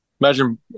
Imagine